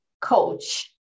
coach